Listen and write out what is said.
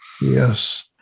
Yes